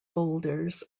boulders